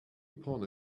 upon